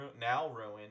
now-ruined